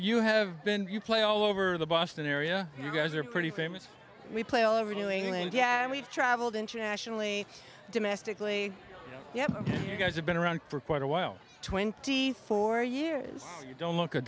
you have been you play all over the boston area you guys are pretty famous we play all over doing it again we've traveled internationally domestically yeah you guys have been around for quite a while twenty four years you don't look a